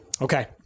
Okay